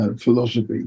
philosophy